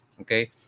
okay